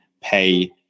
pay